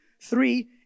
Three